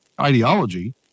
ideology